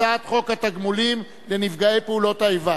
הצעת חוק התגמולים לנפגעי פעולות איבה